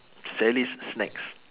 sally's snacks